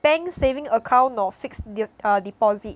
bank saving account nor fixed de~ err deposit